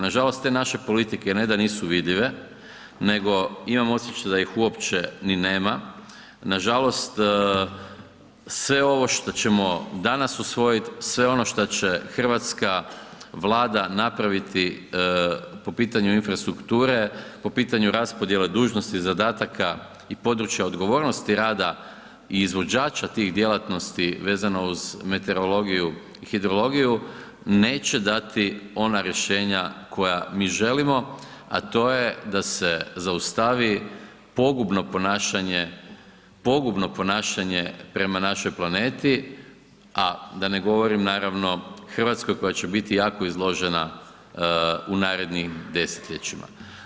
Nažalost te naše politike ne da nisu vidljive nego imam osjećaj da ih uopće ni nema, nažalost sve ovo što ćemo danas usvojit sve ono šta će hrvatska vlada napraviti po pitanju infrastrukture, po pitanju raspodjele dužnosti, zadataka i područja odgovornosti rada i izvođača tih djelatnosti vezano uz meteorologiju i hidrologiju neće dati ona rješenja koja mi želimo, a to je da se zaustavi pogubno ponašanje, pogubno ponašanje prema našoj planeti, a da ne govorim naravno Hrvatskoj koja će biti jako izložene u narednim desetljećima.